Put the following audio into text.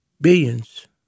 billions